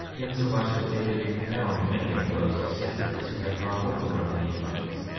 insomuch that they did confound many of those dissenters who had gone over from the nephites,